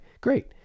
great